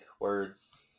words